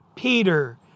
Peter